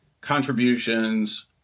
contributions